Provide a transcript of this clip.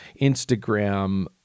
Instagram